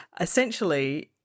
essentially